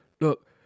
Look